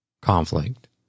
conflict